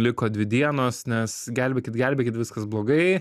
liko dvi dienos nes gelbėkit gelbėkit viskas blogai